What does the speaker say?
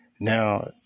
Now